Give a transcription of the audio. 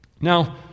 Now